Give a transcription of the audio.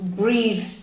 breathe